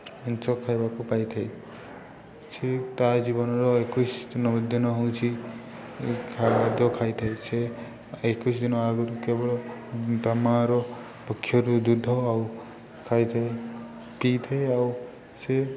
ଖାଇବାକୁ ପାଇଥାଏ ସେ ତା ଜୀବନର ଏକୋଇଶି ଦିନ ଦିନ ହେଉଛିି ଖାଦ୍ୟ ଖାଇଥାଏ ସେ ଏକୋଇଶି ଦିନ ଆଗରୁ କେବଳ ତା ମାଆର ପକ୍ଷରୁ ଦୁଧ ଆଉ ଖାଇଥାଏ ପିଇଥାଏ ଆଉ ସେ